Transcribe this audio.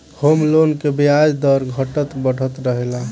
home loan के ब्याज दर घटत बढ़त रहेला